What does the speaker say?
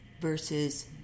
versus